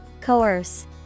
Coerce